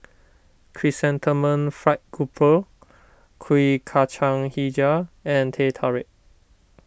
Chrysanthemum Fried Grouper Kuih Kacang HiJau and Teh Tarik